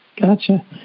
Gotcha